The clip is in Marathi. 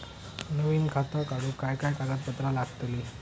नवीन खाता काढूक काय काय कागदपत्रा लागतली?